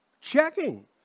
checking